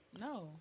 No